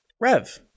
rev